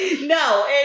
No